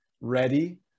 ready